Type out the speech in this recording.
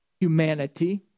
humanity